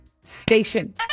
station